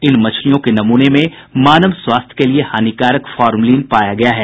इन मछलियों के नमूनों में मानव स्वास्थ्य के लिए हानिकारक फार्मलिन पाया गया है